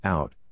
Out